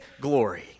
glory